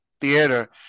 Theater